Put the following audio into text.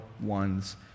one's